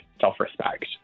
self-respect